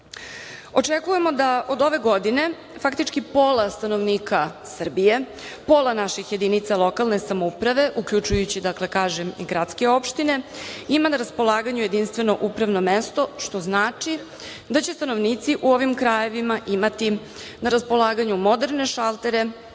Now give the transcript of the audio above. organa. Očekujemo da od ove godine faktički pola stanovnika Srbije, pola naših jedinica lokalne samouprave, uključujući i gradske opštine, ima na raspolaganju jedinstveno upravno mesto, što znači da će stanovnici u ovim krajevima imati na raspolaganju moderne šaltere